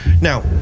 Now